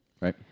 Right